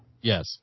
Yes